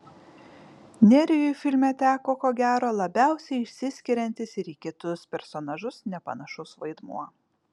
nerijui filme teko ko gero labiausiai išsiskiriantis ir į kitus personažus nepanašus vaidmuo